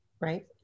right